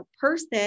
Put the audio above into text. person